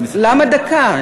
למה דקה?